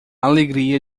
alegria